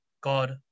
God